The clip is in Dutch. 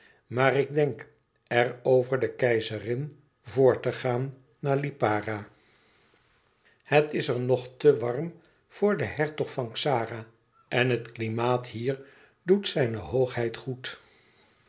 maar ik denk er over de keizerin vr te gaan naar lipara het is er nog te warm voor den hertog van xara en het klimaat hier doet zijne hoogheid goed